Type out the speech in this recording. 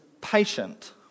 patient